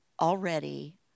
already